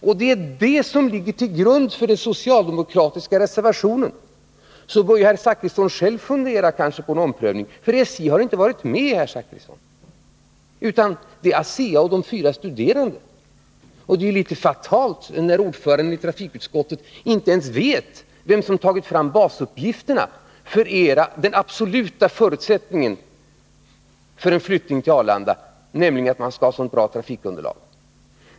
Och det är detta som ligger till grund för den socialdemokratiska reservationen, så herr Zachrisson bör kanske själv fundera på en omprövning. SJ har inte varit med, herr Zachrisson, utan det är ASEA och de fyra studerande det gäller. Och det är ju litet fatalt när ordföranden i trafikutskottet inte ens vet vem som tagit fram basuppgifterna, den absoluta förutsättningen för en flyttning till Arlanda, nämligen att man skulle ha så bra trafikunderlag.